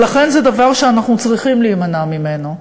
ולכן זה דבר שאנחנו צריכים להימנע ממנו.